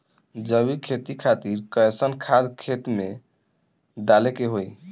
जैविक खेती खातिर कैसन खाद खेत मे डाले के होई?